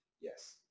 Yes